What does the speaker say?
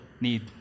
need